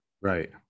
right